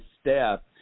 step